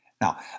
Now